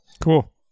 Cool